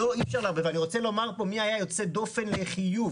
אני רוצה לומר פה מי היה יוצא דופן לחיוב,